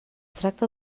tracta